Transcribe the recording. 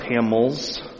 camels